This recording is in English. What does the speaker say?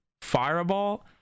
fireball